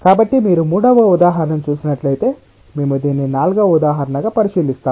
కాబట్టి మీరు మూడవ ఉదాహరణను చూసినట్లయితే మేము దీన్ని నాల్గవ ఉదాహరణగా పరిశీలిస్తాము